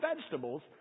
vegetables